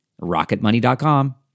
Rocketmoney.com